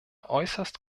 äußerst